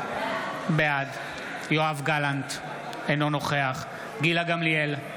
בעד יואב גלנט, אינו נוכח גילה גמליאל,